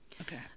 Okay